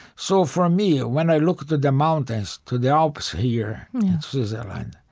so for ah me, when i looked at the mountains to the alps here in switzerland,